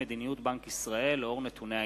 מדיניות בנק ישראל לאור נתוני האינפלציה,